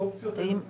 האופציות הן לתפוס,